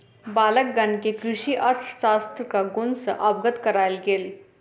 बालकगण के कृषि अर्थशास्त्रक गुण सॅ अवगत करायल गेल